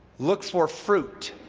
look for fruit